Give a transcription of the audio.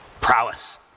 prowess